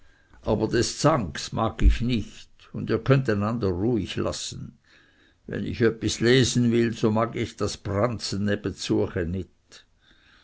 aber des zanks mag ich nicht und ihr könntet einander ruhig lassen wenn ich öppis lesen will so mag ich das branzen